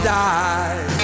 die